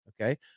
okay